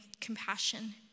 compassion